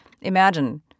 imagine